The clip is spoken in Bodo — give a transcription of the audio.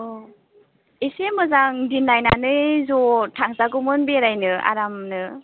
एसे मोजां दिन नायनानै ज' थांजागौमोन बेरायनो आरामनो